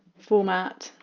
format,